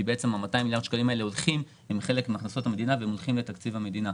כי הם חלק מהכנסות המדינה שהולכים לתקציב המדינה.